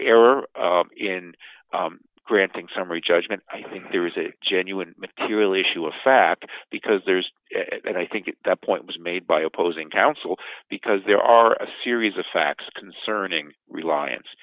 error in granting summary judgment i think there is a genuine material issue of fact because there's i think that point was made by opposing counsel because there are a series of facts concerning reliance